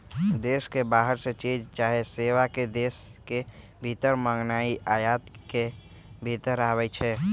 देश के बाहर से चीज चाहे सेवा के देश के भीतर मागनाइ आयात के भितर आबै छइ